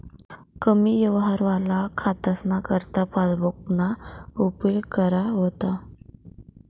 कमी यवहारवाला खातासना करता पासबुकना उपेग करा व्हता